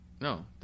No